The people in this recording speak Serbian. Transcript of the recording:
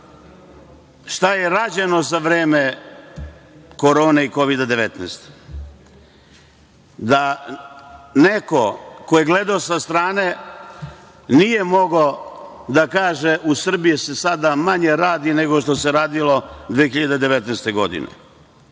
šta je rađeno za vreme Korone i Kovida 19, da, neko ko je gledao sa strane, nije mogao da kaže - u Srbiji se sada manje radi nego što se radilo 2019. godine.